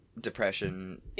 depression